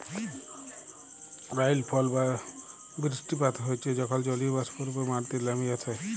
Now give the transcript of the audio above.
রাইলফল বা বিরিস্টিপাত হচ্যে যখল জলীয়বাষ্প রূপে মাটিতে লামে আসে